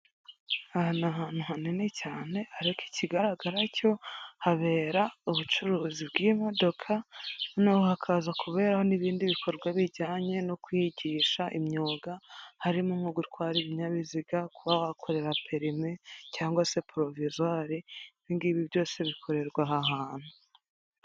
Aha ni ahantu hanini cyane ariko ikigaragara cyo habera ubucuruzi bw'imodoka noneho hakaza kuberaho n'ibindi bikorwa bijyanye no kwigisha imyuga harimo nko gutwara ibinyabiziga, kuba wahakorera perime cyangwa se porovizwari ibi ngibi byose bikorerwa aha hantu.